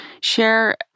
share